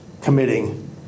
committing